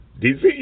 disease